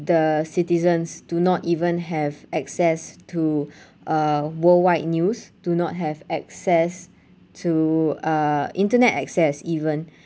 the citizens do not even have access to a worldwide news do not have access to uh internet access even